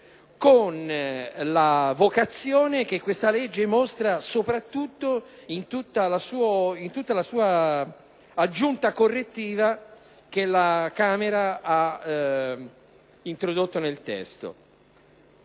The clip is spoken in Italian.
con la vocazione che questo provvedimento mostra, soprattutto in tutte quelle aggiunte correttive che la Camera ha introdotto nel testo.